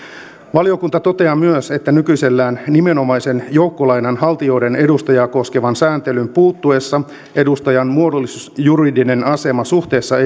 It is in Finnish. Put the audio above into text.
valiokunta toteaa myös että nykyisellään nimenomaisen joukkolainanhaltijoiden edustajaa koskevan sääntelyn puuttuessa edustajan muodollisjuridinen asema suhteessa